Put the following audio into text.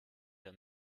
der